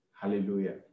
Hallelujah